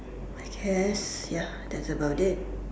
I guess ya that's about it